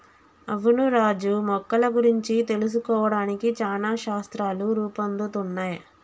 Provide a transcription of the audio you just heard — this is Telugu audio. అవును రాజు మొక్కల గురించి తెలుసుకోవడానికి చానా శాస్త్రాలు రూపొందుతున్నయ్